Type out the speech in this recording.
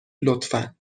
لطفا